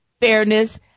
fairness